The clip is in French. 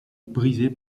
brisée